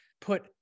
put